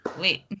Wait